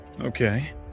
Okay